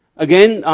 again,